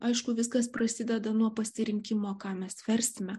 aišku viskas prasideda nuo pasirinkimo ką mes versime